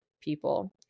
people